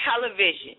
television